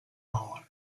bauern